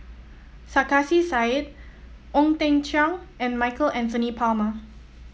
Sarkasi Said Ong Teng Cheong and Michael Anthony Palmer